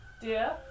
dear